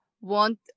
want